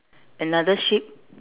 another sheep